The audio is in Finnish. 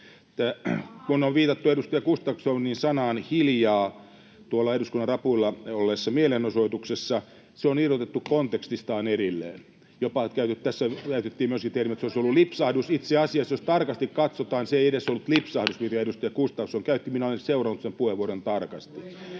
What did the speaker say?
Kun on viitattu edustaja Gustafssonin sanaan ”hiljaa” tuolla eduskunnan rapuilla olleessa mielenosoituksessa, se on irrotettu kontekstistaan erilleen, jopa käytettiin myöskin termiä, että se olisi ”lipsahdus”. [Leena Meren välihuuto] Itse asiassa, jos tarkasti katsotaan, se ei edes ollut lipsahdus, mitä edustaja Gustafsson käytti. Minä olen seurannut sen puheenvuoron tarkasti.